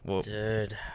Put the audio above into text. Dude